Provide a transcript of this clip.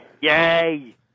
Yay